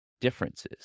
differences